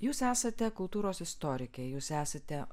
jūs esate kultūros istorikė jūs esate